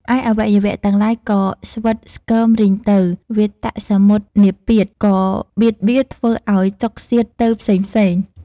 ឯអវយវៈទាំងឡាយក៏ស្វិតស្គមរីងទៅ វាតសមុដ្ឋានាពាធក៏បៀតបៀត ធ្វើឲ្យចុកសៀតទៅផ្សេងៗ ។